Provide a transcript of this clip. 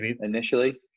initially